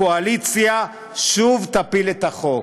הקואליציה שוב תפיל את החוק.